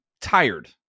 tired